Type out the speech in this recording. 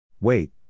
Wait